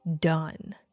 done